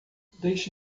deixe